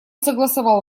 согласовал